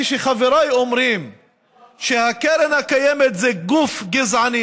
כשחבריי אומרים שהקרן הקיימת זה גוף גזעני,